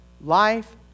Life